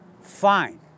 fine